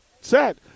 set